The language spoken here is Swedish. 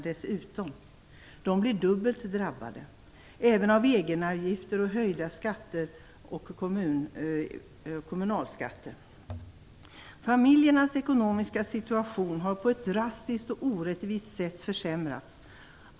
De blir dubbelt drabbade - även av egenavgifter, höjda skatter och kommunalskatter. Familjernas ekonomiska situation har på ett drastiskt och orättvist sätt försämrats.